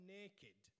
naked